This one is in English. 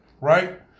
right